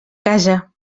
casa